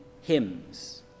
hymns